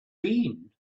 been